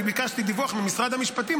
אני ביקשתי דיווח ממשרד המשפטים,